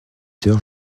heures